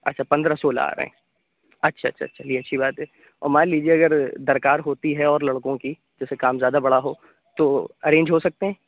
اچھا پندرہ سولہ آ رہے ہیں اچھا اچھا اچھا چلیے اچھی بات ہے اور مان لیجیے اگر درکار ہوتی ہے اور لڑکوں کی جیسے کام زیادہ بڑا ہو تو ارینج ہو سکتے ہیں